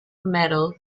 metal